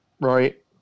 Right